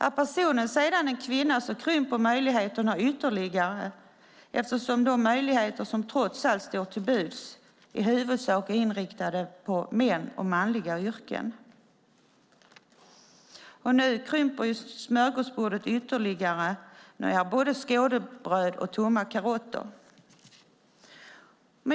Om personen sedan är en kvinna krymper möjligheterna ytterligare eftersom de möjligheter som trots allt står till buds i huvudsak är inriktade på män och manliga yrken. Nu krymper smörgåsbordet ytterligare med både skådebröd och tomma karotter.